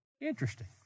Interesting